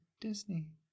Disney